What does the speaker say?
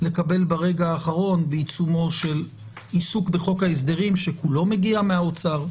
לקבל ברגע האחרון בעיצומו של עיסוק בחוק ההסדרים שכולו מגיע מהאוצר.